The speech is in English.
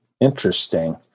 Interesting